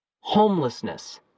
homelessness